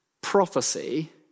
prophecy